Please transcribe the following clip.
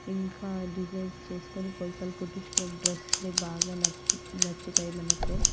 ఇంకా డిజైన్స్ చేసుకొని కొలతలు కుట్టించుకొనే డ్రెస్సులే బాగా నప్పు నచ్చుతాయి మనకు